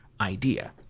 idea